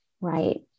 Right